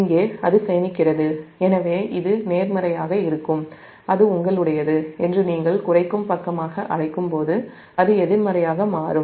இங்கே அது சேமிக்கிறது எனவே இது நேர்மறையாக இருக்கும் அது உங்களுடையது என்று நீங்கள் குறைக்கும் பக்கமாக அழைக்கும்போது அது எதிர்மறையாக மாறும்